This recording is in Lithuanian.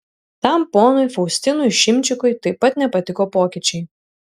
tam ponui faustinui šimčikui taip pat nepatiko pokyčiai